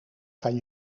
kan